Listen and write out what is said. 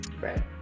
Right